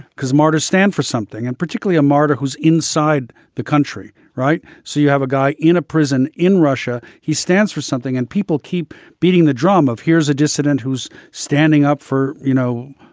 cause martyrs stand for something and particularly a martyr who's inside the country. right. so you have a guy in a prison in russia. he stands for something. and people keep beating the drum of here's a dissident who's standing up for, you know,